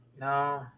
No